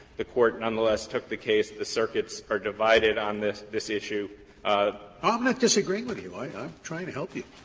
the court nonetheless took the case. the circuits are divided on this this issue scalia ah ah i'm not disagreeing with you. like i'm trying to help you.